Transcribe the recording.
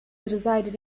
resided